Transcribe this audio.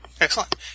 Excellent